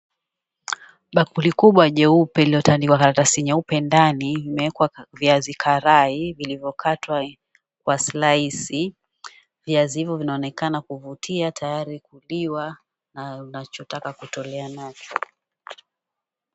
Bakuli kubwa jeupe lililotandikwa karatasi nyeupe ndani limeekwa viazi karai vilivyokatwa kwa slaisi. Viazi hivyo vinaonekana kuvutia tayari kuliwa na unachotaka kutolea nacho.